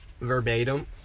Verbatim